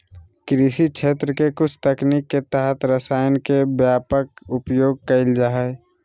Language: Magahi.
कृषि क्षेत्र के कुछ तकनीक के तहत रसायन के व्यापक उपयोग कैल जा हइ